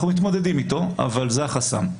אנחנו מתמודדים איתו, אבל זה החסם.